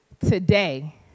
today